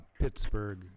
Pittsburgh